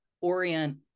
orient